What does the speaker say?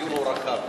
גברתי השרה,